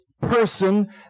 person